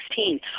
2016